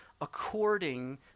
according